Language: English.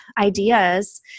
ideas